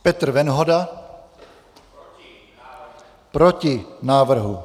Petr Venhoda: Proti návrhu.